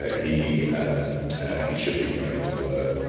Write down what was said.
ah he um he should be going into work.